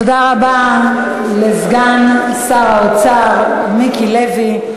תודה רבה לסגן שר האוצר מיקי לוי.